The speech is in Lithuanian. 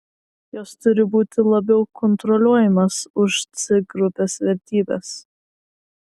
jos turi būti labiau kontroliuojamos už c grupės vertybes